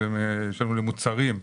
יש לנו למוצרים.